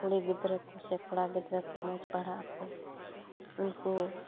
ᱠᱩᱲᱤ ᱜᱤᱫᱽᱨᱟᱹ ᱠᱚᱥᱮ ᱠᱚᱲᱟ ᱜᱤᱫᱽᱨᱟᱹ ᱢᱚᱡᱽ ᱯᱟᱲᱦᱟᱜ ᱟᱠᱚ ᱩᱱᱠᱩ